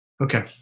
Okay